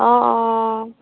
অঁ অঁ